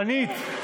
דנית.